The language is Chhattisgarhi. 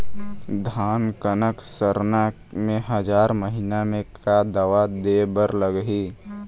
धान कनक सरना मे हजार महीना मे का दवा दे बर लगही?